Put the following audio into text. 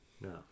no